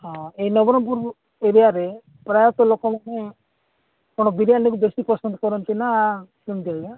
ହଁ ଏଇ ନବରଙ୍ଗପୁର ଏରିଆରେ ପ୍ରାୟତଃ ଲୋକମାନେ କ'ଣ ବିରିୟାନୀକୁ ବେଶୀ ପସନ୍ଦ କରନ୍ତି ନା କ'ଣ କେମତି